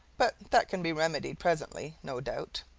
but that can be remedied presently, no doubt.